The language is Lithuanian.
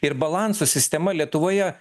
ir balansų sistema lietuvoje